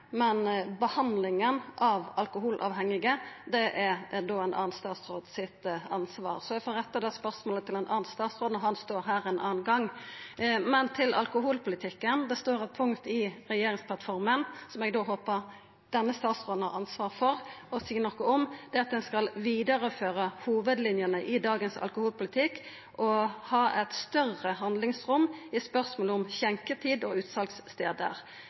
Men til alkoholpolitikken: Det står eit punkt i regjeringsplattforma som eg håpar at denne statsråden har ansvaret for og kan seia noko om, og det er at ein skal føra vidare hovudlinjene i dagens alkoholpolitikk og ha eit større handlingsrom i spørsmålet om skjenketider og utsalsstader. Mitt spørsmål